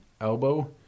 elbow